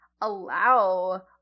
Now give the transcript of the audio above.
allow